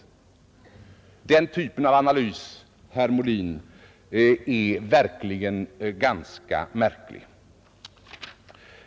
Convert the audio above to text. Den typen av analys, herr Molin, är verkligen ganska märklig.